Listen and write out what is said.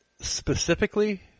specifically